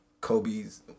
Kobe's